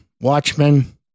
Watchmen